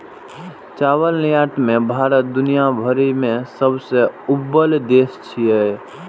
चावल निर्यात मे भारत दुनिया भरि मे सबसं अव्वल देश छियै